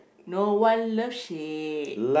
no one love shack